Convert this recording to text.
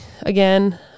again